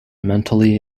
mentally